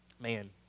Man